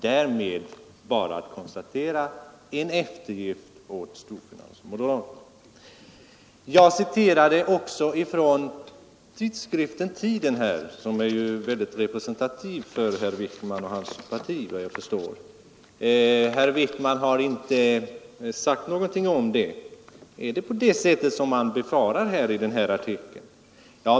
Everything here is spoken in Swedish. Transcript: Därmed är bara att konstatera en eftergift åt storfinans och moderater. Jag citerade också tidskriften Tiden, som efter vad jag förstår är väldigt representativ för herr Wickman och hans parti. Herr Wickman har inte sagt någonting om det. Är det så som man befarar i den här artikeln?